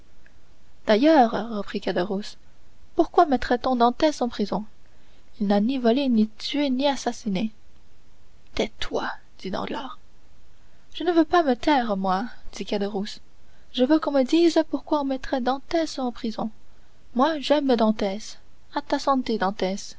d'ailleurs reprit caderousse pourquoi mettrait on dantès en prison il n'a ni volé ni tué ni assassiné tais-toi dit danglars je ne veux pas me taire moi dit caderousse je veux qu'on me dise pourquoi on mettrait dantès en prison moi j'aime dantès à ta santé